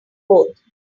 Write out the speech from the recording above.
both